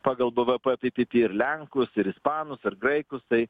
pagal bvp pipipi ir lenkus ir ispanus ir graikus tai